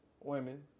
Women